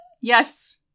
yes